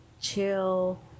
chill